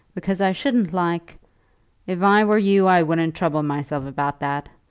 because i shouldn't like if i were you i wouldn't trouble myself about that.